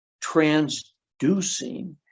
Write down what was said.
transducing